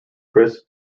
chris